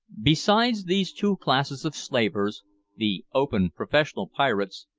besides these two classes of slavers the open, professional pirates,